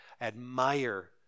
admire